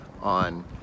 on